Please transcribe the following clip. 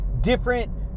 different